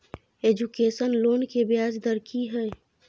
Education loan के ब्याज दर की हय?